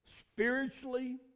spiritually